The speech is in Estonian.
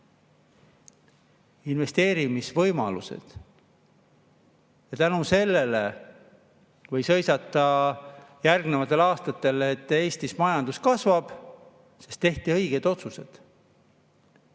investeerimisvõimalused. Ja tänu sellele võis järgnevatel aastatel hõisata, et Eestis majandus kasvab, sest tehti õiged otsused.